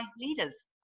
Leaders